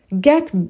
Get